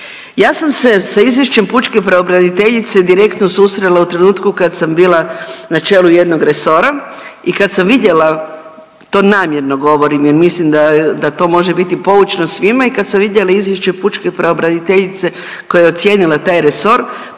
Ja sam se sa izvješćem pučke pravobraniteljice direktno susrela u trenutku kad sam bila na čelu jednog resora i kad sam vidjela, to namjerno govorim jer mislim da to može biti poučno svima. I kad sam vidjela izvješće pučke pravobraniteljice koja je ocijenila taj resor